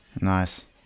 Nice